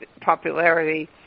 popularity